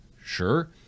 Sure